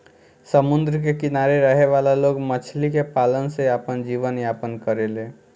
समुंद्र के किनारे रहे वाला लोग मछली के पालन से आपन जीवन यापन करेले